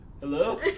Hello